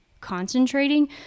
concentrating